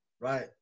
Right